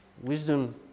Wisdom